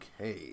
Okay